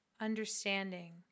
understanding